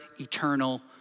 eternal